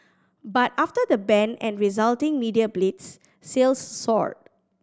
but after the ban and resulting media blitz sales soared